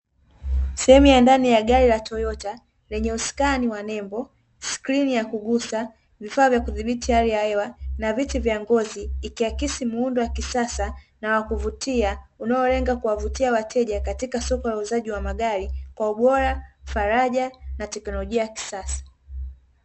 Sehemu ya ndani ya gari la toyota, lenye usukani wa nevo, skrini ya kugusa, vifaa vya kudhibiti hali ya hewa na viti vya ngozi, ikiakisi muundo wa kisasa na wakuvutia, unaolenga kuwavutia wateja katika soko la uuzaji wa magari, kwa ubora, faraja na teknolojia ya kisasa.